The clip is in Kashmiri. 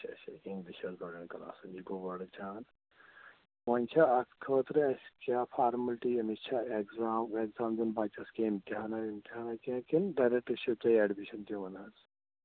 اچھا اچھا اِنٛگلِش حٲز بَڈٮ۪ن کلاسَن یہِ گوٚو بڑٕ جان وۄنۍ چھَ اَتھ خٲطرٕ اسہِ چھَ فارمیٚلٹۍ أمِس چھَ ایکزام ویکزام دِیُن بَچَن کینٛہہ اِمتِحانہ وِمتِحانہ کینٛہہ کِنہٕ ڈریٚکٹہٕ چھِو تُہُۍ ایڈمِشن دِوان حظ